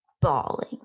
bawling